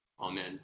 Amen